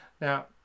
Now